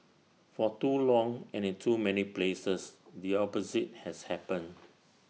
for too long and in too many places the opposite has happened